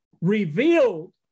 revealed